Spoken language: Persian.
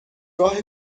راه